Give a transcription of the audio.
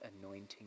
anointing